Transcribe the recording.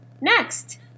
next